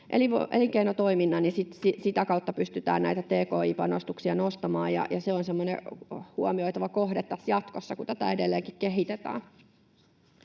elinkeinotoiminnan, ja sitä kautta pystytään näitä tki-panostuksia nostamaan. Se on semmoinen huomioitava kohde tässä jatkossa, kun tätä edelleenkin kehitetään.